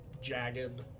jagged